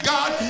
God